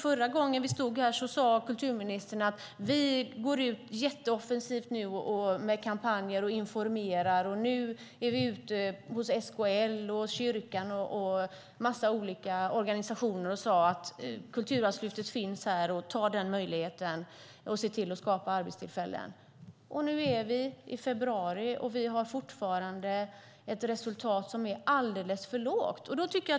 Förra gången vi stod här sade kulturministern att regeringen går ut offensivt med kampanjer och informerar till exempel SKL, kyrkan och andra organisationer och säger att Kulturarvslyftet finns och att man ska ta möjligheten att skapa arbetstillfällen. Nu har februari precis passerat, och resultatet är fortfarande alldeles för lågt.